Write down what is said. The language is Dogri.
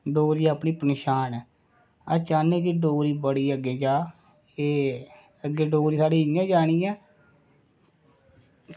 डोगरी अपनी पंछान ऐ अस चाह्न्ने कि डोगरी बड़ी अग्गै जा एह् अग्गै डोगरी साढ़ी इंया जानी ऐ